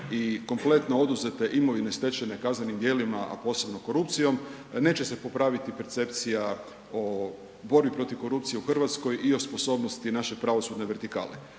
i kompletno oduzete imovine stečene kaznenim djelima a posebno korupcijom, neće se popraviti percepcija o borbi protiv korupcije u Hrvatskoj i o sposobnosti naše pravosudne vertikale.